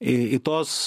į į tuos